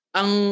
ang